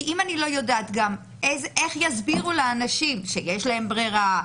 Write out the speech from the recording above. כי אם אני לא יודעת גם איך יסבירו לאנשים שיש להם ברירה,